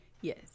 Yes